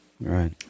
Right